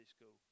school